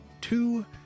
two